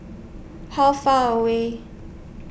How Far away